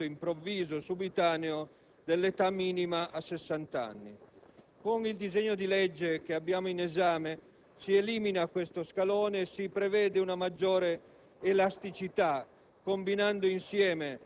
bloccati dall'aumento improvviso e subitaneo dell'età minima fissata in sessant'anni. Con il disegno di legge oggi al nostro esame si elimina questo scalone e si prevede una maggiore elasticità